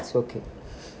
it's okay